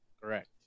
Correct